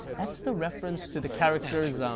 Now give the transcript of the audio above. that's the reference to the character's. um